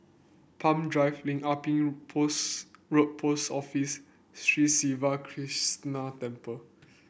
Palm Drive Lim Ah Pin Post Road Post Office and Sri Siva Krishna Temple